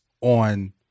on